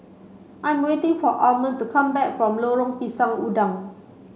I am waiting for Almond to come back from Lorong Pisang Udang